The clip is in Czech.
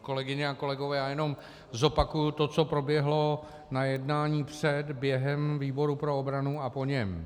Kolegyně a kolegové, já jenom zopakuji to, co proběhlo na jednání před, během výboru pro obranu a po něm.